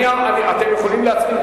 אתם יכולים להצמיד,